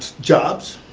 jobs,